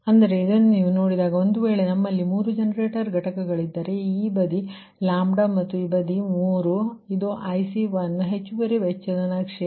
ಅಂದರೆ ಇದನ್ನು ನೀವು ನೋಡಿದಾಗ ಒಂದು ವೇಳೆ ನಮ್ಮಲ್ಲಿ 3 ಜನರೇಟರ್ ಘಟಕಗಳು ಇದ್ದರೆ ಈ ಬದಿ ಲ್ಯಾಂಬ್ದ ಮತ್ತು ಈ ಬದಿ 3 ಇದು IC1 ಹೆಚ್ಚುವರಿ ವೆಚ್ಚದ ನಕ್ಷೆ